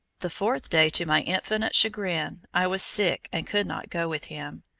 the fourth day to my infinite chagrin, i was sick and could not go with him.